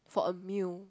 for a meal